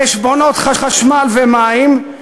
חשבונות חשמל ומים,